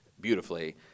beautifully